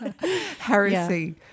heresy